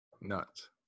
Nuts